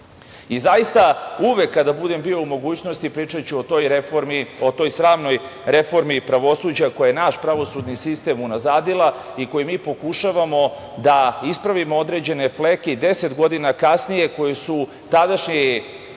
godine. Zaista, uvek kada budem bio u mogućnosti, pričaću o toj reformi, o toj sramnoj reformi pravosuđa, koja je naš pravosudni sistem unazadila i koji mi pokušavamo da ispravimo, određene fleke, i deset godina kasnije koje su tadašnji